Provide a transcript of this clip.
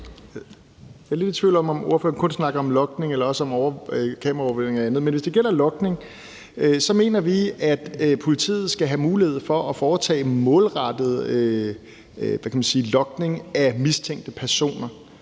Jeg er lidt i tvivl om, om ordføreren kun snakker om logning eller også om kameraovervågning og andet. Men hvis det gælder logning, mener vi, at politiet skal have mulighed for at foretage målrettet logning af mistænkte personer,